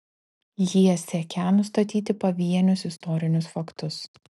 jie siekią nustatyti pavienius istorinius faktus